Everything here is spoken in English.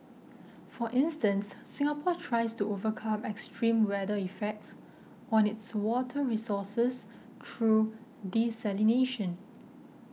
for instance Singapore tries to overcome extreme weather effects on its water resources through desalination